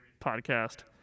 podcast